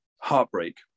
heartbreak